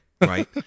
right